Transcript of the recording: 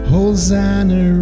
Hosanna